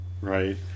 Right